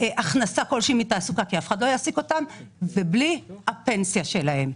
הכנסה כלשהי מתעסוקה כי אף אחד לא יעסיק אותן ובלי הפנסיה שלהן.